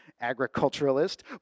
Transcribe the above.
agriculturalist